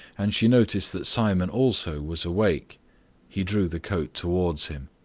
and she noticed that simon also was awake he drew the coat towards him.